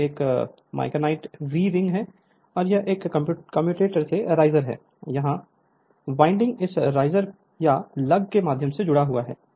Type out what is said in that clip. यह एक micanite V ring है और यह इस कम्यूटेटर से राइजर है जहां वाइंडिंग इस रिसर या लुग के माध्यम से जुड़े हुए हैं